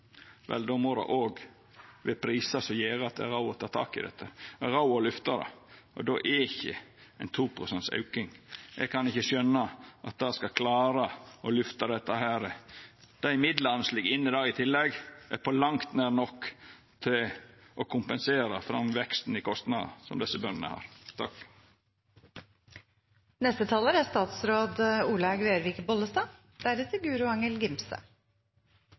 Vel, då må det òg vera prisar som gjer at det er råd å ta tak i dette, at det er råd å lyfta det, og då er ikkje 2 pst. auke nok. Eg kan ikkje skjøna at det skal klara å lyfta dette. Dei midlane som ligg inne der i tillegg, er på langt nær nok til å kompensera for den veksten i kostnadar som desse bøndene har.